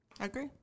Agree